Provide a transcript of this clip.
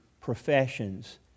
professions